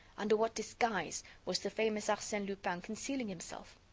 under what disguise was the famous arsene lupin concealing himself?